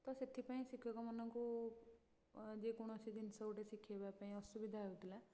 ତ ସେଥିପାଇଁ ଶିକ୍ଷକମାନଙ୍କୁ ଯେକୌଣସି ଜିନିଷ ଗୋଟେ ଶିଖେଇବା ପାଇଁ ଅସୁବିଧା ହେଉଥିଲା